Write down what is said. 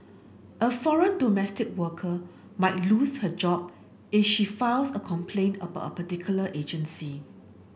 a foreign domestic worker might lose her job if she files a complaint about a particular agency